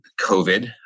COVID